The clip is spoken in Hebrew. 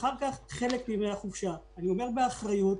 אני אומר באחריות,